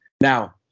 Now